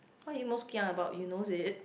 what are you most kia about you knows it